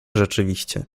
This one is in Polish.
rzeczywiście